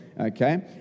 okay